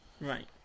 Right